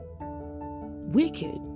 wicked